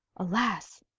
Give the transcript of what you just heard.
alas!